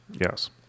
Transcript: Yes